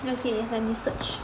okay let me search